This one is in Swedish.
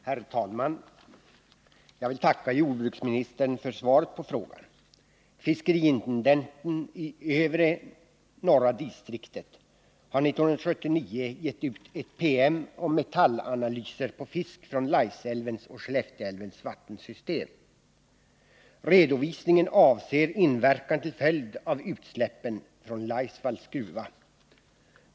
Herr talman! Jag vill tacka jordbruksministern för svaret på frågan. Fiskeriintendenten i övre norra distriktet har 1979 gett ut en PM om metallanalyser på fisk från Laisälvens och Skellefteälvens vattensystem. Redovisningen avser inverkan till följd av utsläppen från Laisvalls gruva.